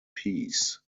peace